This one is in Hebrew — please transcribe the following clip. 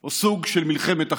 או סוג של מלחמת אחים.